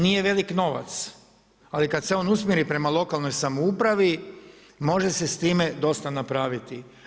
Nije velik novac, ali kada se on usmjeri prema lokalnoj samoupravi može se s time dosta napraviti.